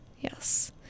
Yes